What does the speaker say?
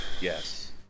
yes